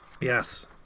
Yes